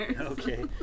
okay